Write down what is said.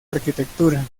arquitectura